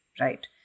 Right